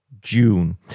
june